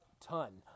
ton